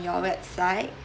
your website